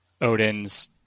Odin's